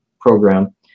program